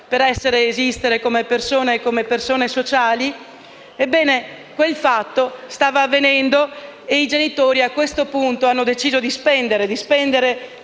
per esistere, come persone e come persone sociali). Ebbene, quel fatto stava avvenendo e i genitori, a questo punto, hanno deciso di spendere